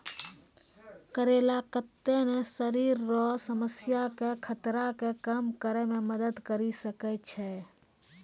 करेला कत्ते ने शरीर रो समस्या के खतरा के कम करै मे मदद करी सकै छै